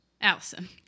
Allison